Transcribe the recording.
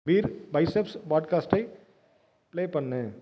beer biceps பாட்காஸ்ட்டைப் play பண்ணு